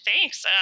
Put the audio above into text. thanks